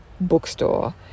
bookstore